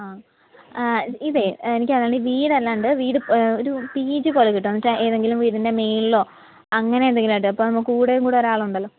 ആ ഇതെ എനിക്കാണെങ്കിൽ വീട് അല്ലാണ്ട് വീട് ഒരു പി ജി പോലെ കിട്ടണം എന്നു വച്ചാൽ ഏതെങ്കിലും വീടിൻ്റെ മേളിലോ അങ്ങനെ എന്തെങ്കിലുമായിട്ട് ഇപ്പം കൂടുകയും കൂടെ ഒരാൾ ഉണ്ടല്ലോ